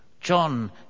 John